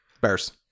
Bears